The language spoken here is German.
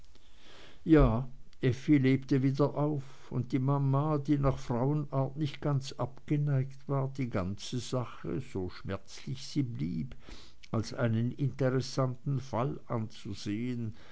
ja effi lebte wieder auf und die mama die nach frauenart nicht ganz abgeneigt war die ganze sache so schmerzlich sie blieb als einen interessanten fall anzusehen